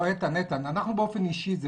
איתן, אנחנו באופן אישי זה